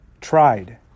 tried